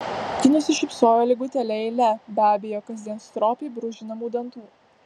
ji nusišypsojo lygutėle eile be abejo kasdien stropiai brūžinamų dantų